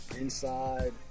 Inside